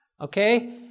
okay